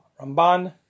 Ramban